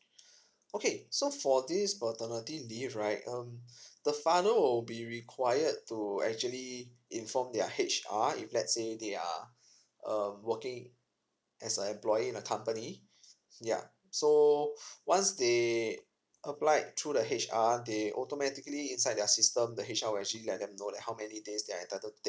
okay so for this paternity leave right um the father will be required to actually inform their H_R if let's say they are um working as a employee in a company ya so once they applied through the H_R they automatically inside their system the H_R will actually let them know like how many days they are entitled to take